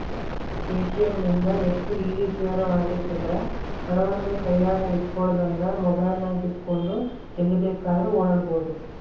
Paytm ಲಿಂದ ಎಷ್ಟು easy ಜೀವನವಾಗೆತೆಂದ್ರ, ಹಣವನ್ನು ಕೈಯಗ ಇಟ್ಟುಕೊಳ್ಳದಂಗ ಮೊಬೈಲಿನಗೆಟ್ಟುಕೊಂಡು ಎಲ್ಲಿ ಬೇಕಾದ್ರೂ ಓಡಾಡಬೊದು